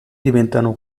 diventano